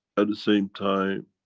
at the same time,